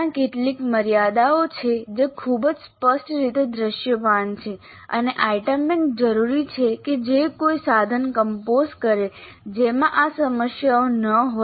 ત્યાં કેટલીક મર્યાદાઓ છે જે ખૂબ જ સ્પષ્ટ રીતે દૃશ્યમાન છે અને આઇટમ બેંક જરૂરી છે કે જે કોઈ સાધન કંપોઝ કરે જેમાં આ સમસ્યાઓ ન હોય